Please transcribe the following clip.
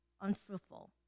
unfruitful